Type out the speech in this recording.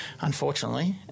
unfortunately